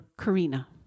Karina